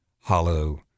hollow